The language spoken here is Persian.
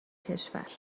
کشور